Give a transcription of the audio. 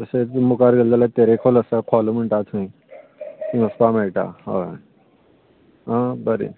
तशेंच मुखार गेलें जाल्यार तेरेखोल आसा खोल म्हणटात थंय थंय वचपाक मेळटा हय आं बरें